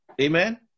amen